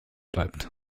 bleibt